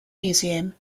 museum